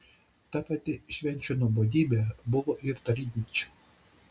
ta pati švenčių nuobodybė buvo ir tarybmečiu